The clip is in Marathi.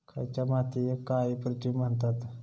खयच्या मातीयेक काळी पृथ्वी म्हणतत?